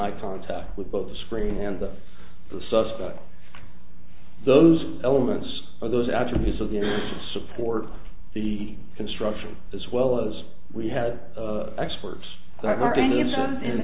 eye contact with both the screen and the suspect those elements are those attributes of the support the construction as well as we have experts that